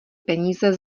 peníze